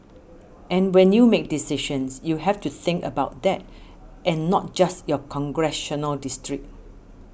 and when you make decisions you have to think about that and not just your congressional district